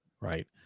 right